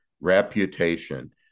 reputation